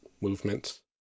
movements